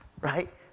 right